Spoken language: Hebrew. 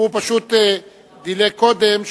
הוא פשוט דילג קודם.